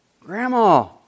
Grandma